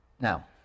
Now